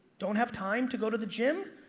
don't have time to go to the gym?